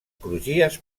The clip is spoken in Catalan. crugies